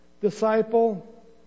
disciple